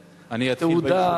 התהודה,